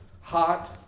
Hot